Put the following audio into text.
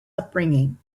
upbringing